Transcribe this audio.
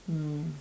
mm